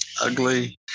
Ugly